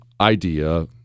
idea